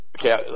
Okay